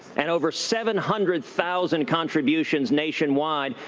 and over seven hundred thousand contributions nationwide,